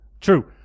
true